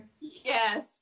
Yes